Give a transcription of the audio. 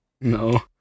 No